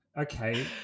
okay